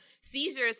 seizures